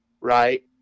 right